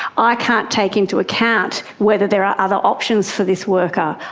i can't take into account whether there are other options for this worker,